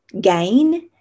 gain